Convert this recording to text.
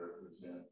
represent